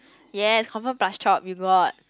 ya confirm plus chop you got